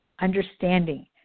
understanding